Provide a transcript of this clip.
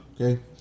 Okay